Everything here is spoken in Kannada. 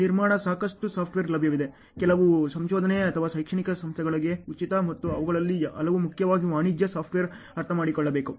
ನಿರ್ಮಾಣದಲ್ಲಿ ಸಾಕಷ್ಟು ಸಾಫ್ಟ್ವೇರ್ ಲಭ್ಯವಿದೆ ಕೆಲವು ಸಂಶೋಧನೆ ಅಥವಾ ಶೈಕ್ಷಣಿಕ ಸಂಸ್ಥೆಗಳಿಗೆ ಉಚಿತ ಮತ್ತು ಅವುಗಳಲ್ಲಿ ಹಲವು ಮುಖ್ಯವಾಗಿ ವಾಣಿಜ್ಯ ಸಾಫ್ಟ್ವೇರ್ ಅರ್ಥಮಾಡಿಕೊಳ್ಳಬೇಕು